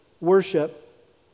worship